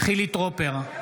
חילי טרופר,